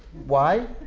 why?